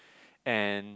and